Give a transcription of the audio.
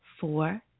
four